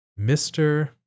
mr